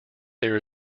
there